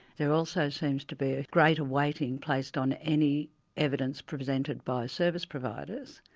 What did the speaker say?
there also seems to be a greater weighting placed on any evidence presented by service providers,